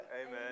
Amen